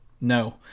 No